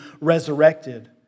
resurrected